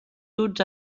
duts